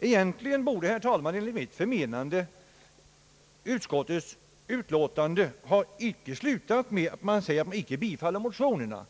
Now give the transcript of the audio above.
Egentligen borde, herr talman, enligt mitt förmenande, utskottets utlåtande inte ha slutat med ett yrkande om avslag på motionerna.